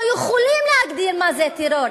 אתם לא יכולים להגדיר מה זה טרור.